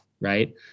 right